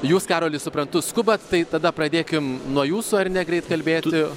jūs karoli suprantu skubat tai tada pradėkim nuo jūsų ar ne greit kalbėti